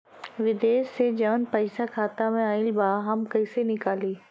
विदेश से जवन पैसा खाता में आईल बा हम कईसे निकाली?